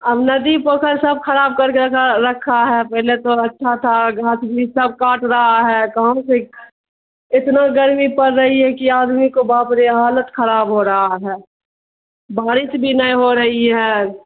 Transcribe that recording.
اب ندی پوکھر سب خراب کر کے رکھا رکھا ہے پہلے تو اچھا تھا گھاس بھی سب کاٹ رہا ہے کہاں سے اتنا گرمی پڑ رہی ہے کہ آدمی کو باپ رے حالت خراب ہو رہا ہے بارش بھی نہیں ہو رہی ہے